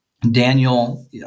Daniel